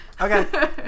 Okay